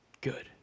good